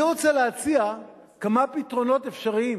אני רוצה להציע כמה פתרונות אפשריים.